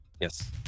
Yes